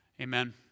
Amen